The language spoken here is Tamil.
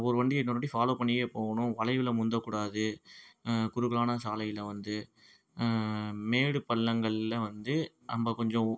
ஒரு வண்டியை இன்னோரு வண்டி ஃபாலோ பண்ணியே போகணும் வளைவில் முந்தக்கூடாது குறுகலான சாலையில் வந்து மேடு பள்ளங்களில் வந்து நம்ப கொஞ்சம்